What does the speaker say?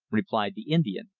replied the indian,